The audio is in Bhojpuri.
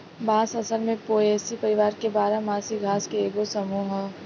बांस असल में पोएसी परिवार के बारह मासी घास के एगो समूह ह